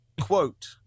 Quote